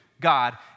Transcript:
God